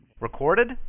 Recorded